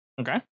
Okay